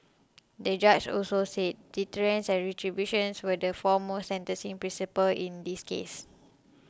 the judge also said deterrence and retributions were the foremost sentencing principles in this case